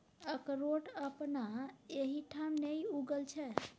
अकरोठ अपना एहिठाम नहि उगय छै